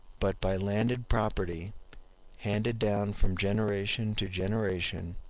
but by landed property handed down from generation to generation,